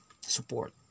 support